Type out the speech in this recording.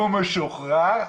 והוא משוחרר.